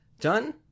Done